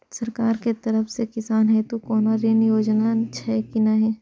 सरकार के तरफ से किसान हेतू कोना ऋण योजना छै कि नहिं?